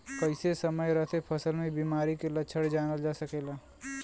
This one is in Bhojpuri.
कइसे समय रहते फसल में बिमारी के लक्षण जानल जा सकेला?